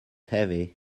heavy